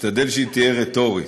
תשתדל שהיא תהיה רטורית.